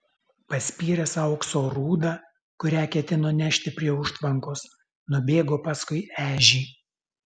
paspyręs aukso rūdą kurią ketino nešti prie užtvankos nubėgo paskui ežį